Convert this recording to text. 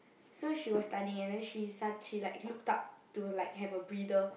so she was studying and then she su~ she like looked up to have a breather